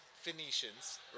phoenicians